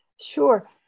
Sure